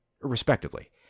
respectively